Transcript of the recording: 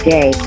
Day